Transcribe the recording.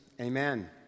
Amen